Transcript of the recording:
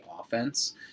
offense